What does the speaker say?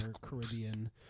Caribbean